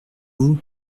vous